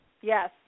Yes